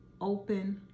Open